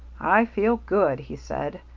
i feel good, he said.